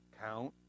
Count